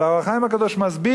אבל ה"אור החיים" הקדוש מסביר,